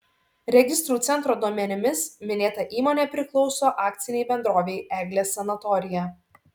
registrų centro duomenimis minėta įmonė priklauso akcinei bendrovei eglės sanatorija